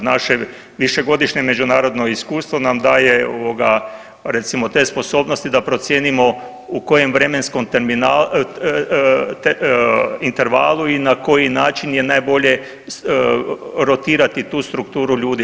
Naše višegodišnje međunarodno iskustvo nam daje ovoga recimo te sposobnosti da procijenimo u kojem vremenskom intervalu i na koji način je najbolje rotirati tu strukturu ljudi.